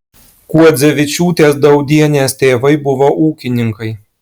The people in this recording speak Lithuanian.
kuodzevičiūtės daudienės tėvai buvo ūkininkai